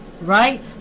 Right